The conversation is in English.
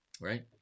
Right